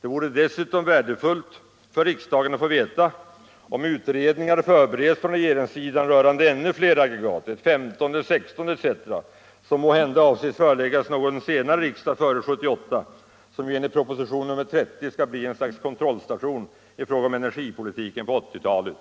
Det vore dessutom värdefullt för riksdagen att få veta om utredningar förbereds från regeringssidan rörande ännu fler aggregat, ett femtonde, sextonde etc. som måhända avses föreläggas riksdagen före år 1978, vilket år ju enligt proposition nr 30 skall bli ett slags kontrollstation i fråga om energipolitiken på 1980-talet.